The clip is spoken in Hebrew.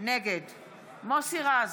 נגד מוסי רז,